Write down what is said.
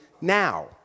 now